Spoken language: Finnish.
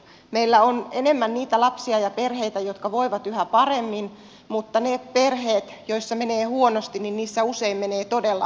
meillä on enemmän niitä lapsia ja perheitä jotka voivat yhä paremmin mutta niissä perheissä joissa menee huonosti usein menee todella huonosti